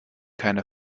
keine